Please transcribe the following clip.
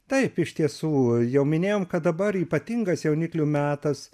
taip iš tiesų jau minėjom kad dabar ypatingas jauniklių metas